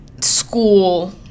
school